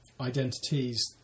identities